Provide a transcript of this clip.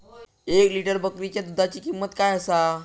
एक लिटर बकरीच्या दुधाची किंमत काय आसा?